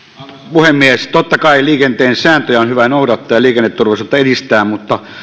puhemies totta kai liikenteen sääntöjä on hyvä noudattaa ja liikenneturvallisuutta edistää mutta